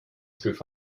through